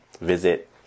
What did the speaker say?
visit